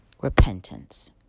repentance